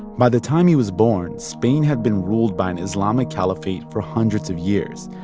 by the time he was born, spain had been ruled by an islamic caliphate for hundreds of years.